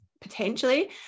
potentially